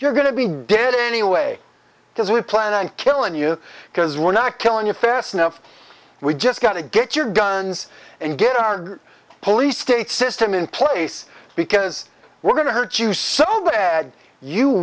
you're going to be dead anyway because we plan on killing you because we're not killing your fast enough we just got to get your guns and get our police state system in place because we're going to hurt you so bad you